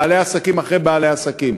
בעלי עסקים אחרי בעלי עסקים.